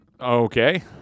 Okay